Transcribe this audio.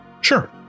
Sure